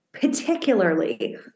particularly